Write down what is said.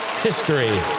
history